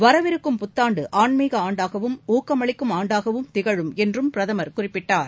வரவிருக்கும் புத்தாண்டுஆன்மீகஆண்டாகவும் ஊக்கமளிக்கும் ஆண்டாகவும் திகழும் என்றும் பிரதமர் குறிப்பிட்டார்